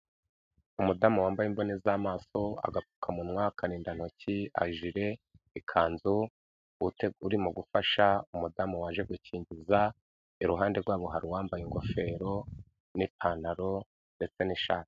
Umudamu wambaye imboni z'amaso, agapfukamunwa, akarindantoki, ajire, ikanzu, uri mu gufasha umudamu waje gukingiza, iruhande rwabo hari uwambaye ingofero, n'ipantaro, ndetse n'ishati.